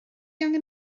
angen